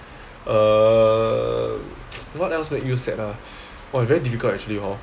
err what else make you sad ah !wah! very difficult actually hor